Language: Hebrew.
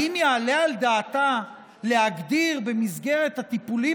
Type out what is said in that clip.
האם יעלה על דעתה להגדיר במסגרת הטיפולים